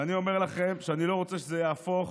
ואני אומר לכם שאני לא רוצה שזה יהפוך